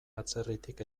atzerritik